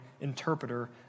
interpreter